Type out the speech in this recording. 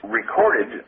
recorded